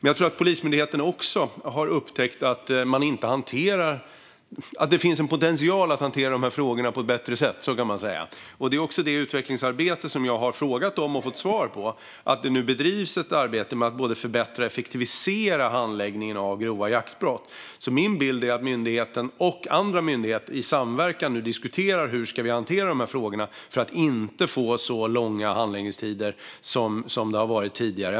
Jag tror att Polismyndigheten också har upptäckt att det finns en potential att hantera de här frågorna på ett bättre sätt. Det är också det utvecklingsarbete som jag har frågat om och fått svar på. Det bedrivs nu ett arbete med att förbättra och effektivisera handläggningen av grova jaktbrott. Min bild är att myndigheten och andra myndigheter i samverkan nu diskuterar hur man ska hantera de här frågorna för att inte få så långa handläggningstider som det har varit tidigare.